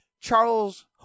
Charles